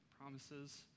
promises